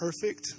perfect